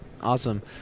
awesome